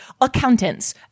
accountants